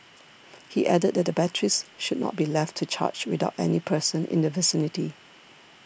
he added that the batteries should not be left to charge without any person in the vicinity